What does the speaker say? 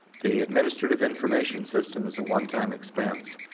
the administrative information system is a one-time expense.